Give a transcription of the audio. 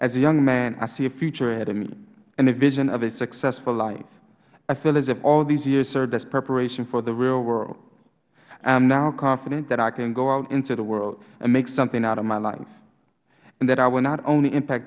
as a young man i see a future ahead of me and a vision of a successful life i feel as if all these years served as preparation for the real world i am now confident that i can go out into the world and make something out of my life and that i will not only impact